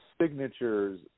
signatures